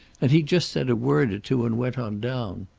and he just said a word or two and went on down.